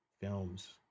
films